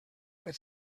per